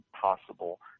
possible